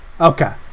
okay